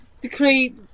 decree